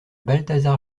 balthazar